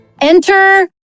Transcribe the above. Enter